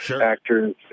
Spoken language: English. actors